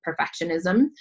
perfectionism